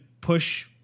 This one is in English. push